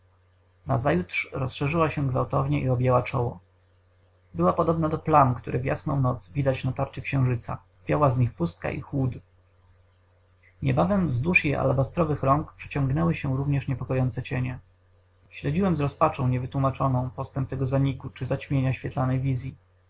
nazajutrz rozszerzyła się gwałtownie i objęła czoło była podobna do plam które w jasną noc widać na tarczy księżyca wiała z nich pustka i chłód niebawem wzdłuż jej alabastrowych rąk przeciągnęły się również niepokojące cienie śledziłem z rozpaczą niewytłómaczoną postęp tego zaniku czy zaćmienia świetlanej wizyi